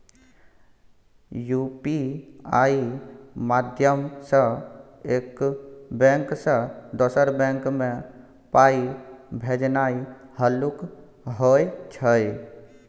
UPI माध्यमसँ एक bank सँ दोसर बैंक मे पाइ भेजनाइ हल्लुक होइ छै